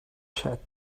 check